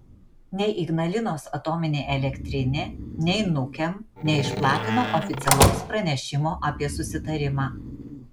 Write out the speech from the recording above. nei ignalinos atominė elektrinė nei nukem neišplatino oficialaus pranešimo apie susitarimą